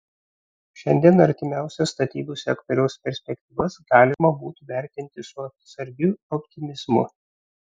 šiandien artimiausias statybų sektoriaus perspektyvas galima būtų vertinti su atsargiu optimizmu